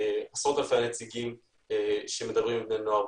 מעשרות אלפי נציגים שמדברים עם בני נוער בשטח.